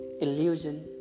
illusion